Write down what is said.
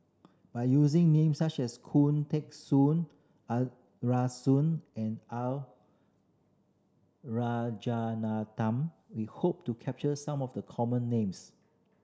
by using names such as Khoo Teng Soon Arasu and R Rajaratnam we hope to capture some of the common names